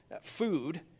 food